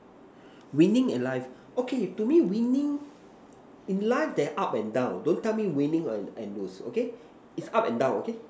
winning in life okay to me winning in life there are up and down don't tell me winning and and lose okay is up and down okay